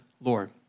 Lord